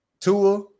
Tua